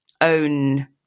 own